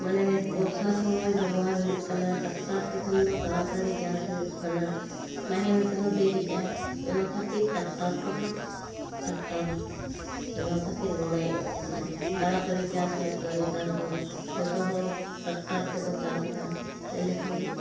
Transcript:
ᱢᱟᱱᱮ ᱵᱚᱨᱥᱟ ᱥᱚᱢᱚᱭ ᱵᱮᱵᱚᱦᱟᱨ ᱦᱩᱭᱩᱜ ᱠᱟᱱᱟ ᱴᱮᱠᱴᱟᱨ ᱛᱮᱠᱷᱟᱱ ᱫᱚ ᱛᱟᱲᱟ ᱛᱟᱹᱲᱤ ᱪᱟᱥ ᱦᱩᱭᱩᱜ ᱠᱟᱱᱟ ᱱᱟᱦᱮᱞ ᱛᱮᱫᱚ ᱫᱮᱨᱤᱜᱼᱟ ᱚᱱᱟ ᱠᱷᱟᱹᱛᱤᱨ ᱴᱮᱠᱴᱟᱨ ᱛᱮᱫᱚ ᱴᱮᱠᱴᱟᱨ ᱱᱚᱶᱟ ᱠᱷᱟᱹᱛᱤᱨ ᱜᱚᱲᱚᱭ ᱮᱢᱚᱜ ᱠᱟᱱᱟ ᱛᱟᱲᱟᱛᱟᱹᱲᱤ ᱪᱟᱥ ᱦᱩᱭᱩᱜ ᱠᱟᱱᱟ ᱱᱮᱛᱟᱨ ᱫᱚ ᱡᱚᱛᱚ ᱦᱚᱲ ᱴᱮᱠᱴᱟᱨ ᱛᱮᱠᱚ ᱪᱟᱥ ᱮᱫᱟ ᱮᱸᱰᱮ ᱠᱷᱟᱱ